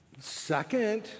Second